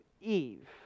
Eve